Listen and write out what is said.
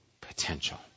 potential